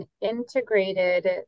integrated